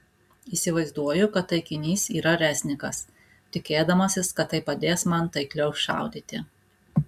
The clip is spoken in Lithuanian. įsivaizduoju kad taikinys yra reznikas tikėdamasis kad tai padės man taikliau šaudyti